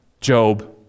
Job